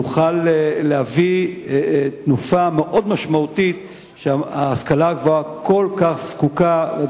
נוכל להביא תנופה מאוד משמעותית שההשכלה הגבוהה כל כך זקוקה לה.